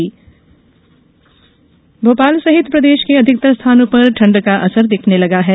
मौसम भोपाल सहित प्रदेश के अधिकतर स्थानों पर ठंड का असर दिखने लगा है